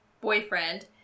boyfriend